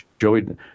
Joey